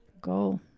Go